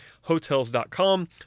Hotels.com